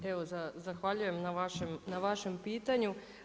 Pa evo zahvaljujem na vašem pitanju.